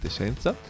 senza